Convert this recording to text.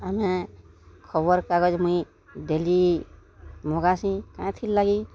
ଆମେ ଖବର୍କାଗଜ୍ ମୁଇଁ ଡେଲି ମଗାସି କାଏଁଥିରଲାଗି